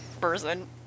person